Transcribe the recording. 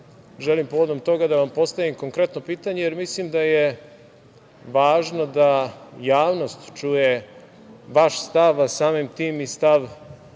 želim povodom toga da vam postavim konkretno pitanje jer mislim da je važno da javnost čuje vaš stav, a samim tim i stav